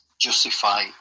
justify